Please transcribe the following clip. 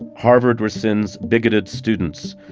harvard rescinds bigoted students.